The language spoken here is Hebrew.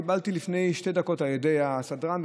קיבלתי לפני שתי דקות על ידי הסדרן,